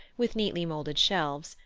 with neatly moulded shelves,